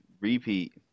Repeat